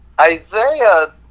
Isaiah